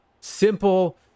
simple